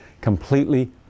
completely